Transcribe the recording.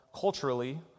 culturally